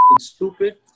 stupid